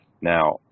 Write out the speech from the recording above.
now